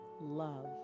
Love